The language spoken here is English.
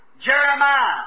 Jeremiah